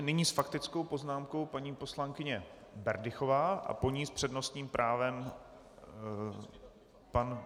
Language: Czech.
Nyní s faktickou poznámkou paní poslankyně Berdychová a po ní s přednostním právem pan...